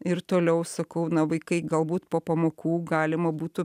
ir toliau sakau na vaikai galbūt po pamokų galima būtų